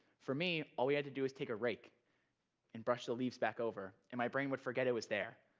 for me, all we had to do is take a rake and brush the leaves back over, and my brain would forget it was there.